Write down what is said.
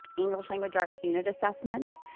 english language arts unit assessments,